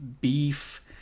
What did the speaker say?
Beef